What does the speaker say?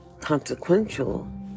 consequential